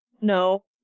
No